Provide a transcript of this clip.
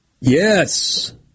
Yes